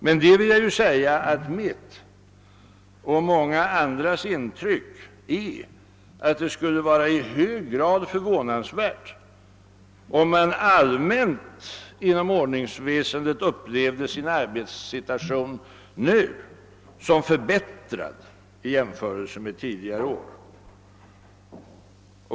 Men det vill jag säga att mitt och många andras intryck är att det skulle vara i hög grad förvånansvärt om man allmänt inom ordningsväsendet upplevde sin arbetssituation nu som förbättrad i jämförelse med tidigare år.